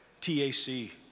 T-A-C